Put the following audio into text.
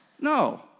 No